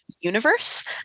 universe